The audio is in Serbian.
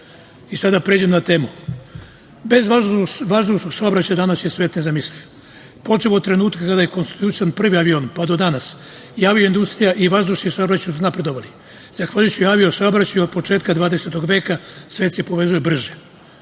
da pređem na temu. Bez vazdušnog saobraćaja danas je svet nezamisliv, počev od trenutka kada je konstruisan prvi avion pa do danas, avio industrija i vazdušni saobraćaj su napredovali. Zahvaljujući avio saobraćaju od početka 20. veka svet se povezuje brže.